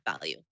value